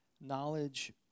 Knowledge